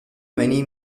many